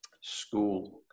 school